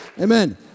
Amen